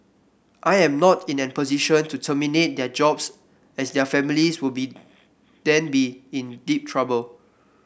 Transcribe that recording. I am not in a position to terminate their jobs as their families will be then be in deep trouble